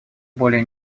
более